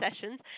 sessions